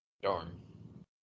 Darn